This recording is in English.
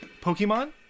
Pokemon